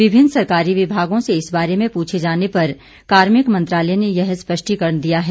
विभिन्न सरकारी विमागों से इस बारे में पूछे जाने पर कार्मिक मंत्रालय ने यह स्पष्टीकरण दिया है